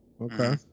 Okay